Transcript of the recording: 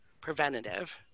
preventative